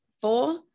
four